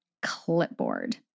clipboard